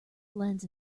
lends